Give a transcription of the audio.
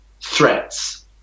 Threats